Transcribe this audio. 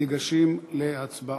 ניגשים להצבעה.